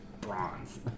bronze